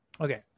Okay